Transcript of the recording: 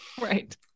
Right